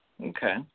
Okay